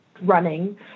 running